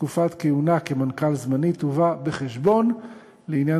שתקופת כהונתו כמנכ"ל זמני תובא בחשבון לעניין